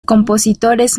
compositores